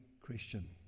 Christian